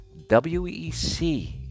WEC